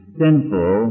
sinful